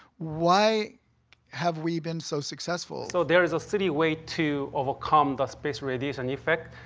why have we been so successful? so, there is a silly way to overcome the space radiation effect.